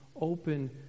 open